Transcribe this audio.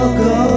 go